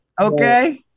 Okay